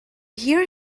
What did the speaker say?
hear